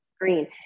green